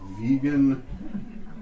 vegan